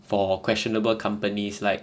for questionable companies like